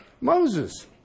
Moses